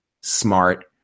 smart